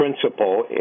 principle